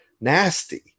nasty